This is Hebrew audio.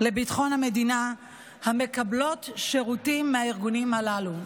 לביטחון המדינה המקבלות שירותים מהארגונים הללו.